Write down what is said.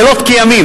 לילות כימים,